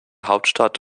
hauptstadt